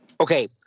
Okay